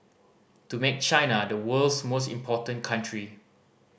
to make China the world's most important country